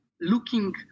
looking